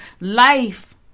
life